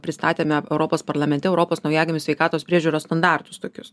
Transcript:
pristatėme europos parlamente europos naujagimių sveikatos priežiūros standartus tokius